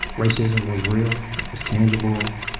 racism was real. it was tangible.